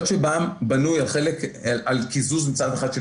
היות שמע"מ בנוי על קיזוז מצד אחד של